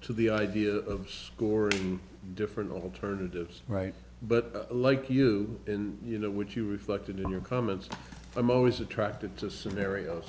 to the idea of scoring different alternatives right but like you and you know which you reflected in your comments i'm always attracted to scenarios